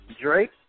Drake